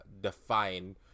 define